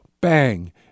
bang